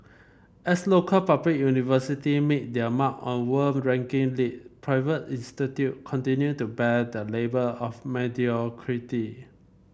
as local public university make their mark on world ranking league private institute continue to bear the label of mediocrity